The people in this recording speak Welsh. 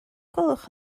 gwelwch